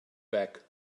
back